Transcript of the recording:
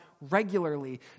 regularly